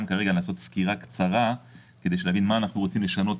כרגע כדי לעשות סקירה ולהבין מה אנחנו רוצים לשנות,